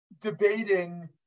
debating